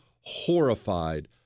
horrified